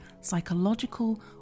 psychological